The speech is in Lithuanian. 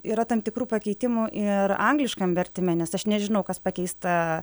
yra tam tikrų pakeitimų ir angliškam vertime nes aš nežinau kas pakeista